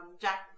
Jack